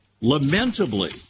lamentably